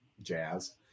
jazz